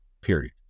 period